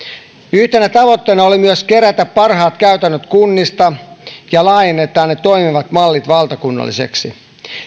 yhtenä tavoitteena oli myös kerätä parhaat käytännöt kunnista ja laajentaa ne toimivat mallit valtakunnallisiksi